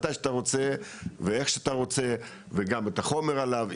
מתי שאתה רוצה ואיך שאתה רוצה וגם את החומר עליו,